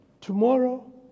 tomorrow